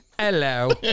Hello